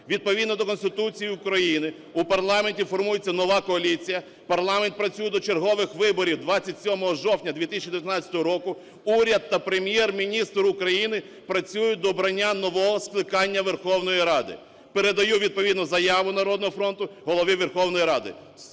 Відповідно до Конституції України у парламенті формується нова коаліція, парламент працює до чергових виборів 27 жовтня 2019 року, уряд та Прем'єр-міністр України працюють до обрання нового скликання Верховної Ради. Передаю відповідну заяву "Народного фронту" Голові Верховної Ради.